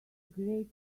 great